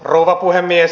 rouva puhemies